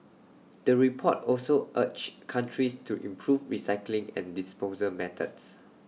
the report also urged countries to improve recycling and disposal methods